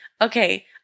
okay